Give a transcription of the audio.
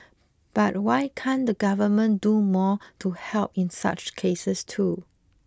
but why can't the government do more to help in such cases too